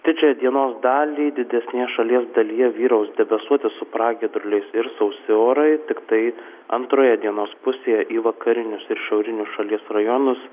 didžiąją dienos dalį didesnėje šalies dalyje vyraus debesuoti su pragiedruliais ir sausi orai tiktai antroje dienos pusėje į vakarinius ir šiaurinius šalies rajonus